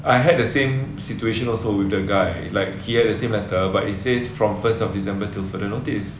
I had the same situation also with the guy like he the same letter but it says from first of december to further notice